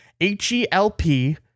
H-E-L-P